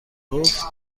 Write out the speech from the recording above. گفت